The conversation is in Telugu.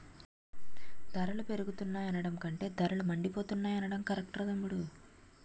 ధరలు పెరిగిపోతున్నాయి అనడం కంటే ధరలు మండిపోతున్నాయ్ అనడం కరెక్టురా తమ్ముడూ